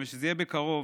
ושזה יהיה בקרוב,